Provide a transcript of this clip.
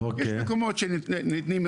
יש מקומות שניתנים,